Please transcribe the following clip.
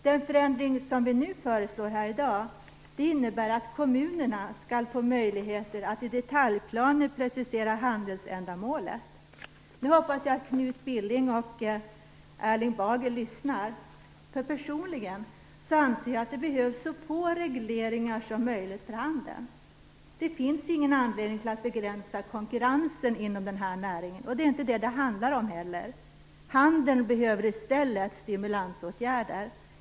Den förändring som vi föreslår i dag innebär att kommunerna skall få möjligheter att i detaljplaner precisera handelsändamålet. Nu hoppas jag att Knut Billing och Erling Bager lyssnar, för personligen anser jag att det behövs så få regleringar som möjligt för handeln. Det finns ingen anledning att begränsa konkurrensen inom den här näringen. Det är inte det som det handlar om heller. Handeln behöver i stället stimulansåtgärder.